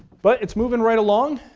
but, it's moving right along.